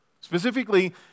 specifically